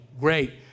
Great